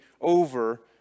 over